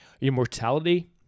immortality